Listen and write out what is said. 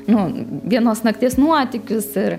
nu vienos nakties nuotykius ir